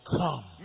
come